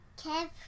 Kev